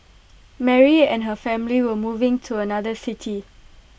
Mary and her family were moving to another city